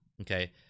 okay